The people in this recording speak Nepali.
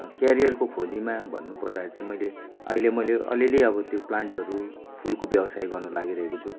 करियरको खोजीमा भन्नुपर्दा चाहिँ मैले अहिले मैले अलिअलि अब त्यो प्लान्टहरू फुलको व्यवसाय गर्नु लागिरहेको छु